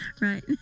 Right